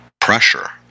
pressure